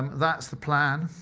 that's the plan.